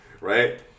right